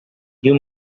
you